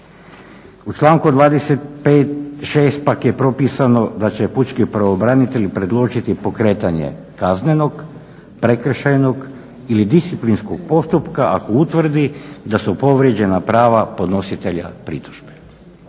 U članku 26. pak je propisano da će "Pučki pravobranitelj predložiti pokretanje kaznenog, prekršajnog ili disciplinskog postupka ako utvrdi da su povrijeđena prava podnositelja pritužbe".